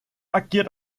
agiert